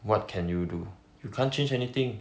what can you do you can't change anything